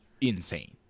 insane